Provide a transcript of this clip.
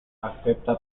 acepta